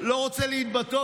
לא רוצה להתבטא,